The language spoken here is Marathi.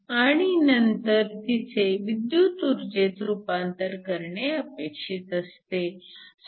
आणि नंतर तिचे विद्युत ऊर्जेत रूपांतर करणे अपेक्षित असते